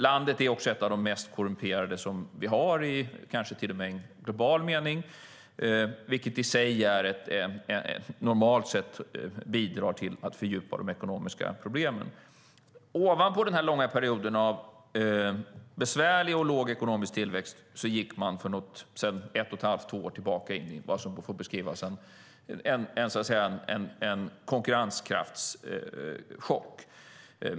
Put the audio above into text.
Landet är också ett av de mest korrumperade som vi har, kanske till och med i global mening, vilket i sig normalt sett bidrar till att fördjupa de ekonomiska problemen. Ovanpå denna långa period av besvärlig och låg ekonomisk tillväxt gick man för ett och ett halvt eller två år sedan in i vad som får beskrivas som en konkurrenskraftschock.